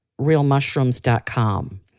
realmushrooms.com